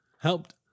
helped